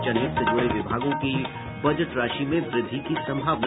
जनहित से जुड़ें विभागों की बजट राशि में वृद्धि की सम्भावना